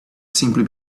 simply